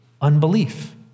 unbelief